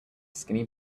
skinny